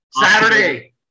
Saturday